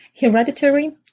hereditary